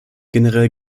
generell